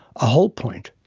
a whole point.